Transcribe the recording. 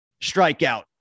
strikeout